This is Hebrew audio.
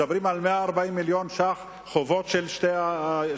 מדברים על 140 מיליון שקלים חובות של שני